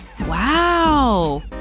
Wow